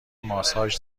ماساژ